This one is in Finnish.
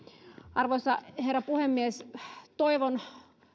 arvoisa herra puhemies toivon